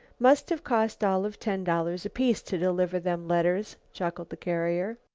must have cost all of ten dollars apiece to deliver them letters, chuckled the carrier.